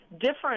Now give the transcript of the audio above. different